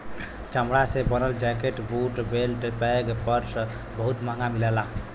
चमड़ा से बनल jacket, boot, belt, bag, purse बहुत महंग मिलला